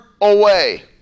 away